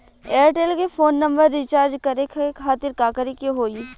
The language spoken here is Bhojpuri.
एयरटेल के फोन नंबर रीचार्ज करे के खातिर का करे के होई?